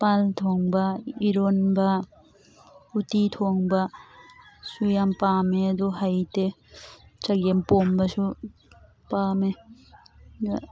ꯄꯥꯟ ꯊꯣꯡꯕ ꯏꯔꯣꯟꯕ ꯎꯠꯇꯤ ꯊꯣꯡꯕꯁꯨ ꯌꯥꯝ ꯄꯥꯝꯃꯦ ꯑꯗꯨ ꯍꯩꯇꯦ ꯆꯥꯒꯦꯝ ꯄꯣꯝꯕꯁꯨ ꯄꯥꯝꯃꯦ ꯑꯗꯣ